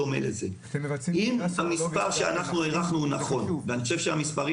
אם המספר שהערכנו נכון ואני חושב שהמספרים